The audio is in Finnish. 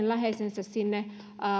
läheisensä